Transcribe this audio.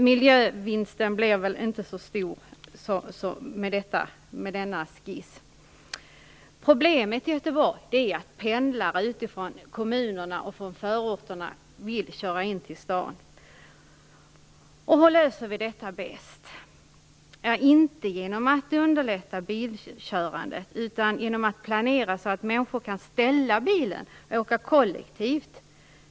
Miljövinsten blir inte så stor med denna skiss. Problemet i Göteborg är att pendlare utifrån förorterna vill köra in till stan. Hur löser vi detta bäst? Inte genom att underlätta för bilkörandet utan genom att planera det så att människor kan ställa bilen och åka kollektivt.